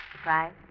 Surprise